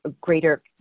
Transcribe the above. greater